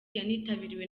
yanitabiriwe